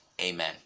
Amen